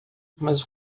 mas